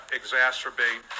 exacerbate